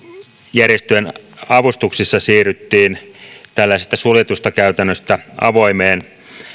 järjestöjen avustuksissa siirryttiin tällaisesta suljetusta käytännöstä avoimeen